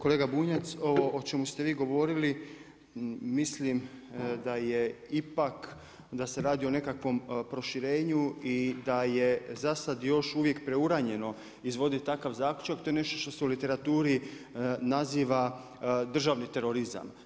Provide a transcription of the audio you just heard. Kolega Bunjac ovo o čemu ste vi govorili, mislim da je ipak, da se radi o nekakvom proširenju i da je za sada još uvijek preuranjeno izvoditi takav zaključak, to je nešto što se u literaturi naziva državni terorizam.